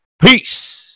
Peace